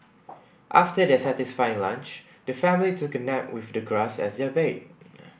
after their satisfying lunch the family took a nap with the grass as their bed